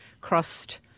crossed